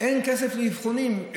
אין כסף לאבחונים.